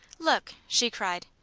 look! she cried.